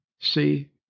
See